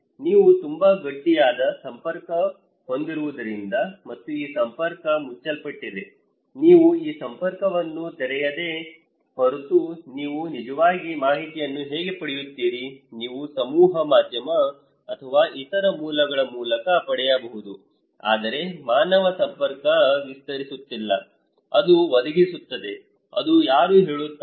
ನೀವು ತುಂಬಾ ಗಟ್ಟಿಯಾದ ಸಂಪರ್ಕ ಹೊಂದಿರುವುದರಿಂದ ಮತ್ತು ಈ ಸಂಪರ್ಕ ಮುಚ್ಚಲ್ಪಟ್ಟಿದೆ ನೀವು ಈ ಸಂಪರ್ಕಅನ್ನು ತೆರೆಯದ ಹೊರತು ನೀವು ಸಹಜವಾಗಿ ಮಾಹಿತಿಯನ್ನು ಹೇಗೆ ಪಡೆಯುತ್ತೀರಿ ನೀವು ಸಮೂಹ ಮಾಧ್ಯಮ ಅಥವಾ ಇತರ ಮೂಲಗಳ ಮೂಲಕ ಪಡೆಯಬಹುದು ಆದರೆ ಮಾನವ ಸಂಪರ್ಕ ವಿಸ್ತರಿಸುತ್ತಿಲ್ಲ ಅದು ಒದಗಿಸುತ್ತದೆ ಎಂದು ಯಾರೋ ಹೇಳುತ್ತಾರೆ